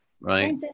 Right